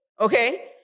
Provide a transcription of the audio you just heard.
okay